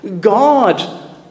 God